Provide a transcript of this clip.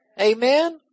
Amen